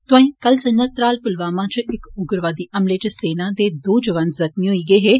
तोआई कल संझा त्राल पुलवामा च इक उग्रवादी हमले च सेना दे दो जवान जख्मी होई गे हे